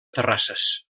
terrasses